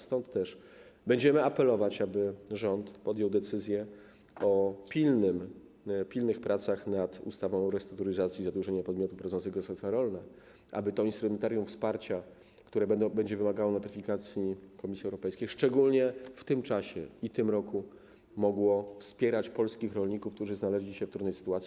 Stąd też będziemy apelować, aby rząd podjął decyzję o pilnych pracach nad ustawą o restrukturyzacji zadłużenia podmiotów prowadzących gospodarstwa rolne, tak aby to instrumentarium wsparcia, które będzie wymagało notyfikacji Komisji Europejskiej, szczególnie w tym czasie, w tym roku mogło służyć polskim rolnikom, którzy znaleźli się w trudnej sytuacji.